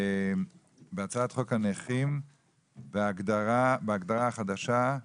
בהצעת חוק הנכים בהגדרה החדשה,